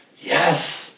yes